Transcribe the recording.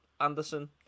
Anderson